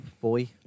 boy